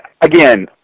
Again